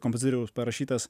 kompozitoriaus parašytas